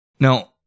Now